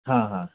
हाँ हाँ